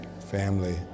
Family